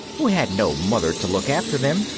who had no mother to look after them,